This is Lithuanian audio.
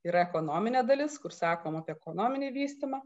yra ekonominė dalis kur sakom apie ekonominį vystymą